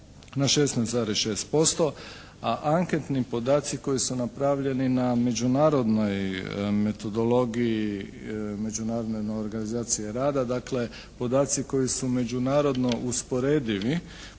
16,6% a anketni podaci koji su napravljeni na međunarodnoj metodologiji, Međunarodnoj organizaciji rada, dakle podaci koji su međunarodno usporedivi